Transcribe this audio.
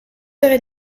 heures